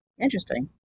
Interesting